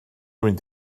mynd